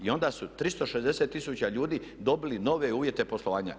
I onda su 360 tisuća ljudi dobili nove uvjete poslovanja.